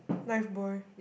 life boy